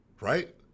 right